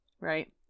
right